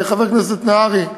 חבר הכנסת נהרי,